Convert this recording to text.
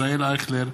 ישראל אייכלר,